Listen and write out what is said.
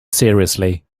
seriously